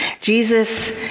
Jesus